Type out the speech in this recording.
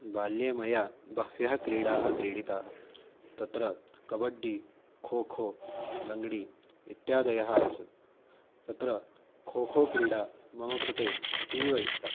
बाल्ये मया बह्व्यः क्रीडाः क्रीडिताः तत्र कबड्डी खो खो लङ्ग्डी इत्यादयः आसन् तत्र खो खो क्रीडा मम कृते अतीव इष्टा